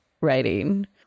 writing